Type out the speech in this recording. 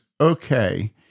okay